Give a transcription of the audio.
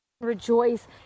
rejoice